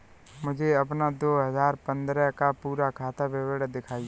मुझे अपना दो हजार पन्द्रह का पूरा खाता विवरण दिखाएँ?